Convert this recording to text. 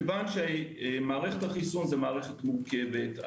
כי מערכת החיסון היא מערכת מורכבת.